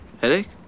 headache